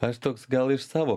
aš toks gal iš savo